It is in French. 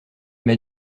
m’a